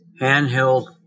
handheld